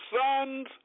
sons